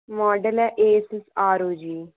company ऐ Swift